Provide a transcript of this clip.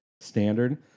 standard